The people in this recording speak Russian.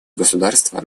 государство